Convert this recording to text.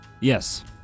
Yes